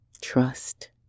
trust